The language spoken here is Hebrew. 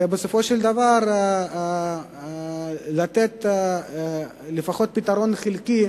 ובסופו של דבר לתת לפחות פתרון חלקי